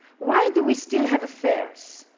why do we still have affairs?